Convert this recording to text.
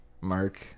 mark